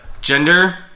gender